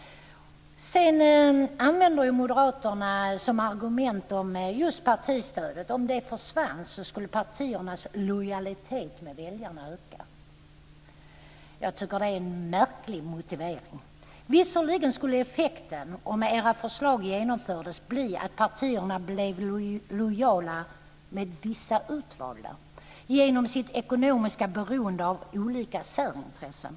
Sedan använder moderaterna argumentet att om partistödet försvann skulle partiernas lojalitet med väljarna öka. Jag tycker att det är en märklig motivering. Visserligen skulle effekten om era förslag genomfördes bli att partierna blev lojala med vissa utvalda genom sitt ekonomiska beroende av olika särintressen.